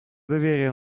доверия